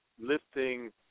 lifting